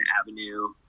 avenue